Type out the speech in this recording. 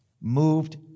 moved